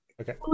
okay